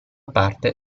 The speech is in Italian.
parte